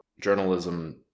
journalism